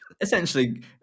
Essentially